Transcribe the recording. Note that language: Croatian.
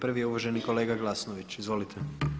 Prvi je uvaženi kolega Glasnović, izvolite.